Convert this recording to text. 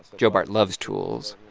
joe bart loves tools.